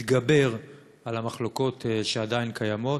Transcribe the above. תתגבר על המחלוקות שעדיין קיימות,